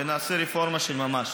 ונעשה רפורמה של ממש.